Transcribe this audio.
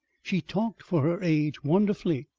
she talked for her age wonderfully.